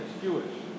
Jewish